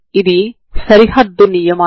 ఇది ఒక నియమం